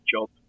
job